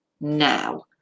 now